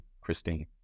Christine